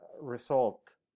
result